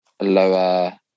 Lower